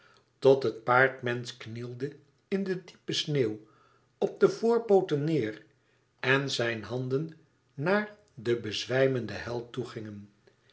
tot het paardmensch knielde in de diepe sneeuw op de voorpooten neêr en zijn handen naar den bezwijmenden held toe gingen